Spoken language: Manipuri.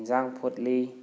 ꯏꯟꯖꯥꯡ ꯐꯨꯠꯂꯤ